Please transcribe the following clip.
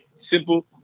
simple